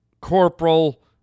corporal